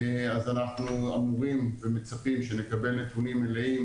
אז אנחנו אמורים ומצפים שנקבל נתונים מלאים,